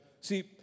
See